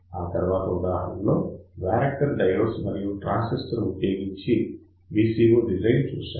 ఆ తర్వాత ఉదాహరణలో వ్యారెక్టర్ డయోడ్స్ మరియు ట్రాన్సిస్టర్ ఉపయోగించి VCO డిజైన్ చూశాము